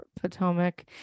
Potomac